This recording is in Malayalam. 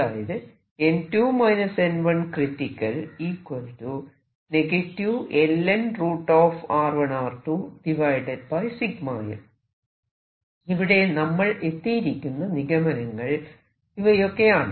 അതായത് അപ്പോൾ നമ്മൾ എത്തിയിരിക്കുന്ന നിഗമനങ്ങൾ ഇവയൊക്കെയാണ്